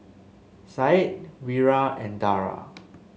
Syed Wira and Dara